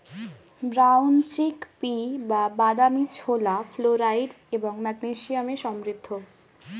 brown chickpea বা বাদামী ছোলা ফ্লোরাইড এবং ম্যাগনেসিয়ামে সমৃদ্ধ